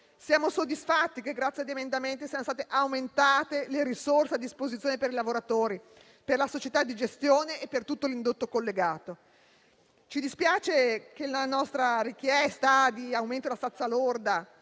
Siamo soddisfatti che, grazie agli emendamenti, siano state aumentate le risorse a disposizione dei lavoratori, della società di gestione e di tutto l'indotto collegato. Ci dispiace che la nostra richiesta di aumento della stazza lorda,